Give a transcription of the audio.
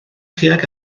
tuag